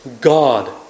God